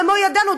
במו ידינו,